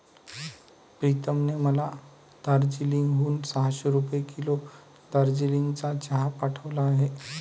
प्रीतमने मला दार्जिलिंग हून सहाशे रुपये किलो दार्जिलिंगचा चहा पाठवला आहे